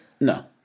No